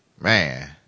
man